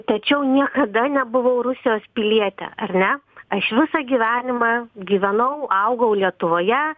tačiau niekada nebuvau rusijos pilietė ar ne aš visą gyvenimą gyvenau augau lietuvoje